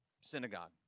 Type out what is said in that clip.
synagogue